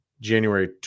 January